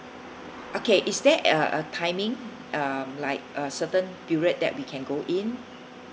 okay is there a a a timing um like a certain period that we can go in